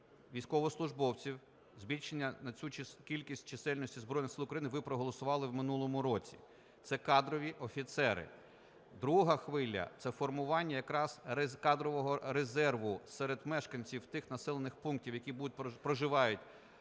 військовослужбовців, збільшення на цю кількість чисельності Збройних Сил України ви проголосували в минулому році, це кадрові офіцери. Друга хвиля – це формування якраз кадрового резерву серед мешканців тих населених пунктів, які проживають в місцях